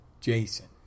jason